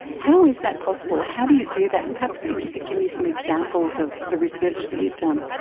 how is that possible? how do you do that? and perhaps if you could give me some examples of the research that you've done.